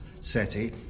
SETI